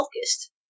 focused